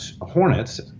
hornets